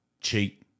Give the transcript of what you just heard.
cheat